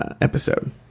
episode